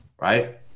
right